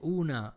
una